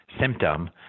symptom